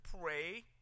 pray